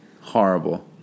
Horrible